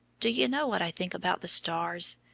do you know what i think about the stars?